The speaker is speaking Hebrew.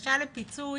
הבקשות לפיצוי